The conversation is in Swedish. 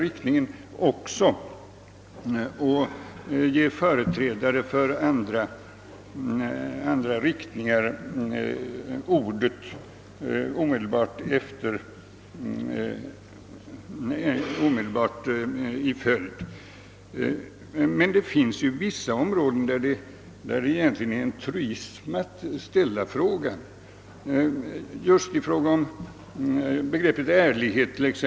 De ger även av princip företrädare för andra riktningar ordet omedelbart därefter. På vissa områden är det egentligen en truism att ställa frågan. Ta exempelvis begreppet ärlighet.